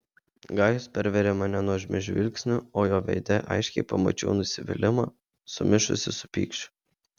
gajus pervėrė mane nuožmiu žvilgsniu o jo veide aiškiai pamačiau nusivylimą sumišusį su pykčiu